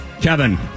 Kevin